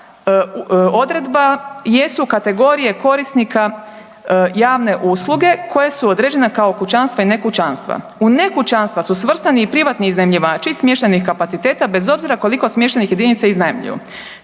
sporna odredba jesu kategorije korisnika javne usluge koje su određena kao kućanstva i ne kućanstva. U ne kućanstva su svrstani i privatni iznajmljivači smještajnih kapaciteta bez obzira koliko smještajnih jedinica iznajmljuju.